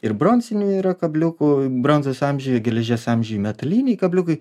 ir bronzinių yra kabliukų bronzos amžiuje geležies amžiuj metaliniai kabliukai